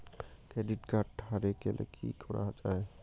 Credit card হারে গেলে কি করা য়ায়?